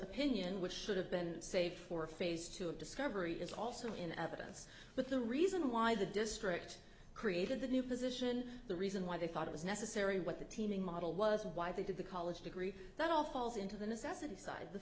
opinion which should have been saved for phase two of discovery is also in evidence but the reason why the district created the new position the reason why they thought it was necessary what the teaming model was why they did the college degree that all falls into the